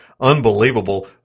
unbelievable